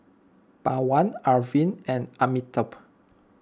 Pawan Arvind and Amitabh